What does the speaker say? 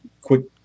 quick